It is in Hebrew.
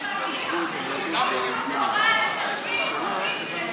זה לא דבר תורה, זה תרגיל פוליטי.